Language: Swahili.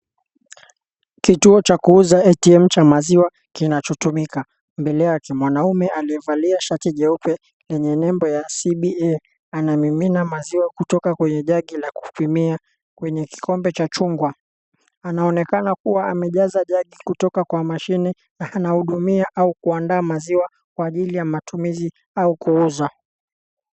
Kituo cha kuuza ATM cha maziwa kinahotumika. Mbele yake mwanaume aliyevalia shati jeupe yenye nembo ya CBA , anamimina maziwa kutoka kwenya jagi, kupimia kwenye kikombe cha chungwa. Anaonekana kuwa amejaza jagi kutoka kwa mashini na anahudumia au kuandaa maziwa kwa jili ya matumizi au kuuza.